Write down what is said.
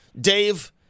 Dave